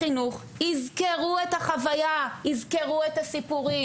ויודעים את זה גם יושבי ראש הוועדות - אלה יהיו מקצועות המח"ר.